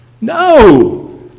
No